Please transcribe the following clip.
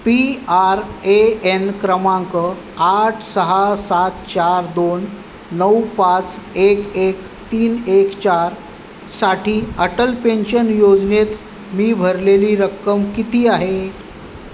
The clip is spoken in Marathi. पी आर ए एन क्रमांक आठ सहा सात चार दोन नऊ पाच एक तीन एक चारसाठी अटल पेन्शन योजनेत मी भरलेली रक्कम किती आहे